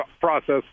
process